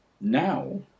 now